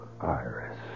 Iris